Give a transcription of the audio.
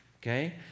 okay